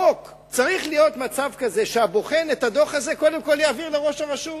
בחוק צריך להיות מצב כזה שאת הדוח הזה הבוחן יעביר קודם כול לראש הרשות.